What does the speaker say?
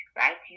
right